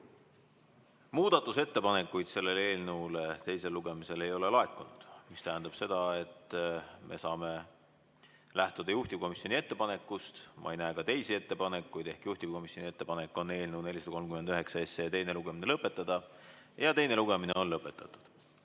Muudatusettepanekuid selle eelnõu kohta teisel lugemisel ei laekunud, mis tähendab seda, et me saame lähtuda juhtivkomisjoni ettepanekust – ma ei näe ka teisi ettepanekuid – ehk juhtivkomisjoni ettepanek on eelnõu 439 teine lugemine lõpetada. Teine lugemine on lõpetatud